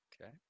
Okay